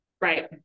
right